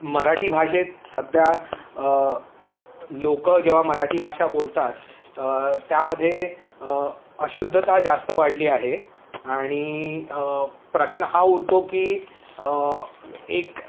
मराठी भाषेत सध्या लोक जेव्हा मराठी भाषा बोलतात त्यामध्ये अशुद्धता जास्त वाढली आहे आणि प्रश्न हा उरतो की एक